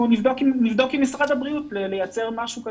אנחנו נבדוק עם משרד הבריאות לייצר משהו כזה.